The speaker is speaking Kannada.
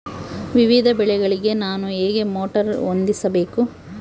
ವಿವಿಧ ಬೆಳೆಗಳಿಗೆ ನಾನು ಹೇಗೆ ಮೋಟಾರ್ ಹೊಂದಿಸಬೇಕು?